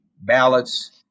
ballots